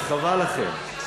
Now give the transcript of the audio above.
אז חבל לכם.